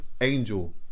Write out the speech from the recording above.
Angel